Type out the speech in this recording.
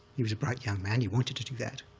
he was a bright young man. he wanted to do that,